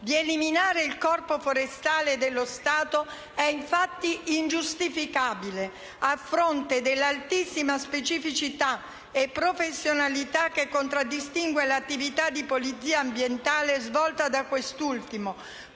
di eliminare il Corpo forestale dello Stato è, infatti, ingiustificabile, a fronte dell'altissima specificità e professionalità che contraddistingue l'attività di polizia ambientale svolta da quest'ultimo,